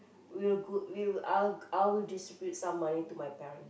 we will good we will I'll I will distribute some money to my parent